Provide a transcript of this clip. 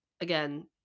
again